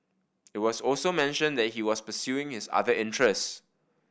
it was also mentioned that he was pursuing his other interests